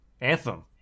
Anthem